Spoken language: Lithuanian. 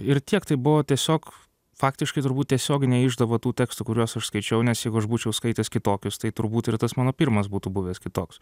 ir tiek tai buvo tiesiog faktiškai turbūt tiesioginė išdava tų tekstų kuriuos aš skaičiau nes jeigu aš būčiau skaitęs kitokius tai turbūt ir tas mano pirmas būtų buvęs kitoks